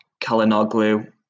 Kalinoglu